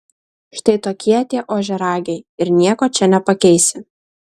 štai tokie tie ožiaragiai ir nieko čia nepakeisi